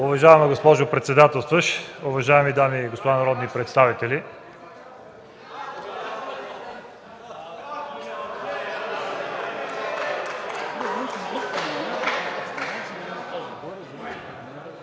Уважаема госпожо председател, уважаеми дами и господа народни представители!